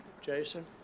Jason